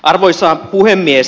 arvoisa puhemies